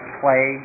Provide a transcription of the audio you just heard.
play